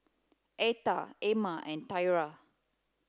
Atha Emmer and Tyra